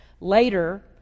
Later